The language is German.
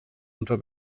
unter